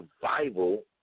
Survival